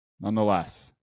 Nonetheless